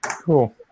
Cool